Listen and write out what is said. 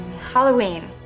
Halloween